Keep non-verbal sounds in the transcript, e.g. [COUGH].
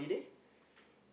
[BREATH]